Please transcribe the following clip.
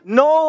no